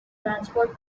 transport